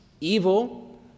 evil